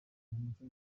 umuco